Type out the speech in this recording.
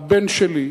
הבן שלי,